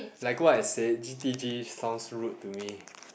like what I said G_T_G sounds rude to me